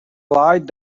lied